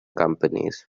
companies